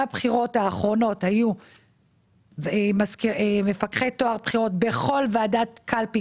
בבחירות האחרונות היו מפקחי טוהר בחירות בכל ועדת קלפי,